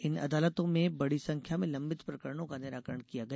इन अदालतों में बड़ी संख्या में लंबित प्रकरणों का निराकरण किया गया